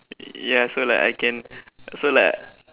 ya so like I can so like